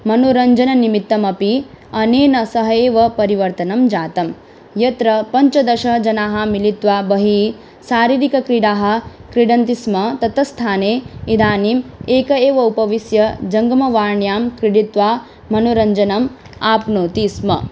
मनोरञ्जननिमित्तम् अपि अनेन सह एव परिवर्तनं जातं यत्र पञ्चदशजनाः मिलित्वा बहिः शारीरिकक्रीडाः क्रीडन्ति स्म तत्स्थाने इदानीम् एकः एव उपविश्य जङ्गमवाण्यां क्रीडित्वा मनोरञ्जनम् आप्नोति स्म